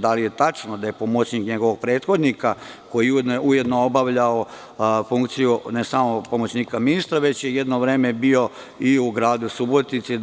Da li je tačno da je pomoćnik njegovog prethodnika, koji je ujedno obavljao funkciju, ne samo pomoćnika ministra, već je jedno vreme bio u gradu Subotici,